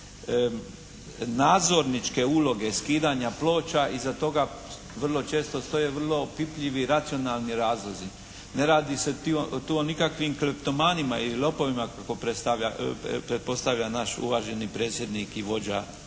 nadzorničke uloge skidanja ploča, iza toga često stoje vrlo opipljivi, racionalni razlozi. Ne radi se tu o nikakvim kleptomanima ili lopovima kako pretpostavlja naš uvaženi predsjednik i vođa